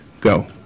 go